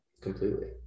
completely